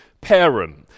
parent